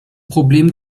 problem